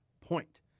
point